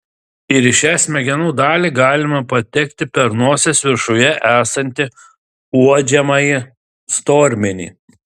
ir į šią smegenų dalį galima patekti per nosies viršuje esantį uodžiamąjį stormenį